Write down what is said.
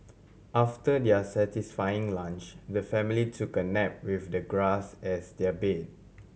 after their satisfying lunch the family took a nap with the grass as their bed